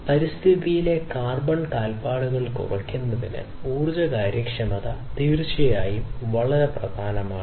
അതിനാൽ പരിസ്ഥിതിയിലെ കാർബൺ കാൽപ്പാടുകൾ കുറയ്ക്കുന്നതിന് ഊർജ്ജ കാര്യക്ഷമത തീർച്ചയായും വളരെ പ്രധാനമാണ്